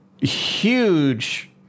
huge